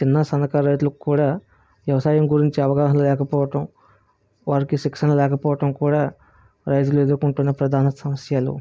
చిన్న సన్నకారు రైతులకు కూడా వ్యవసాయం గురించి అవగాహన లేకపోవటం వారికి శిక్షణ లేకపోవటం కూడా రైతులు ఎదురుకుంటున్న ప్రధాన సమస్యలు